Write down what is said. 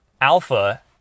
Alpha